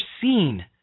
seen